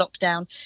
lockdown